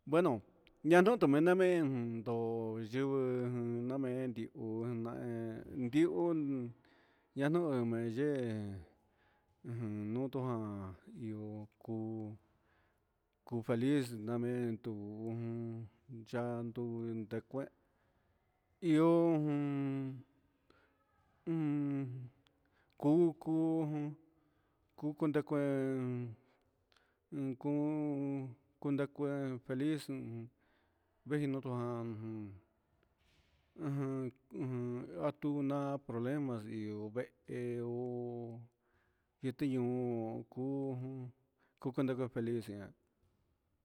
Bueno ñanu tu mena me'en ndo yuu namen dingoñu'a, en di'ó namen kunduta en ku dita ihó, kuu ku feliz namento yandó ihó jun un uku kuku ni kuen, inku kundaku feliz veinoto jan, ajan ajan atuna problemas ihó vee ihó yitiñon kuu ku ndaka feliz ña'a.